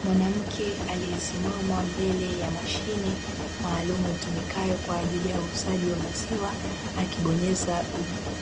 Mwanamke aliyesimama mbele ya mashine maalumu, itumikayo kwa ajili ya uuzaji wa maziwa, akibonyeza